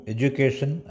Education